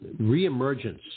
reemergence